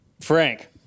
Frank